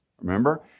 remember